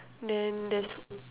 then there's